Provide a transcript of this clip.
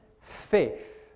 faith